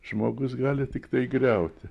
žmogus gali tiktai griauti